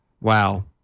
wow